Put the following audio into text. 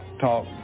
talk